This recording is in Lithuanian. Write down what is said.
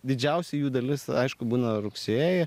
didžiausi jų dalis aišku būna rugsėjį